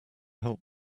help